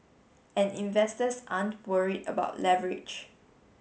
and investors aren't worried about leverage